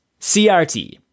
CRT